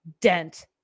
dent